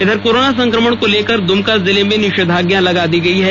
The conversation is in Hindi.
उधर कोरोना संक्रमण को लेकर दुमका जिला में निषेधाज्ञा लगा दी गई है